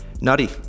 nutty